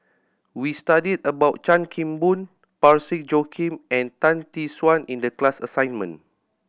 we studied about Chan Kim Boon Parsick Joaquim and Tan Tee Suan in the class assignment